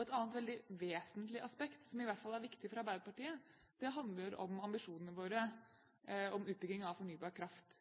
Et annet veldig vesentlig aspekt, som i hvert fall er viktig for Arbeiderpartiet, handler om ambisjonene våre når det gjelder utbygging av fornybar kraft.